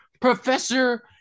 Professor